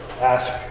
ask